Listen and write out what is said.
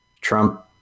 Trump